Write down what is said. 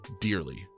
dearly